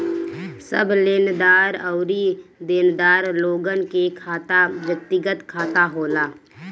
सब लेनदार अउरी देनदार लोगन के खाता व्यक्तिगत खाता होला